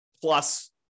plus